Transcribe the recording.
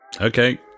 Okay